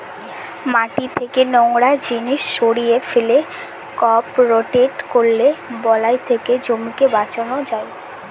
মাটি থেকে নোংরা জিনিস সরিয়ে ফেলে, ক্রপ রোটেট করলে বালাই থেকে জমিকে বাঁচানো যায়